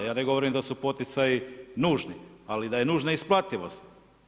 Ja ne govorim da su poticaji nužni, ali da je nužna isplativost.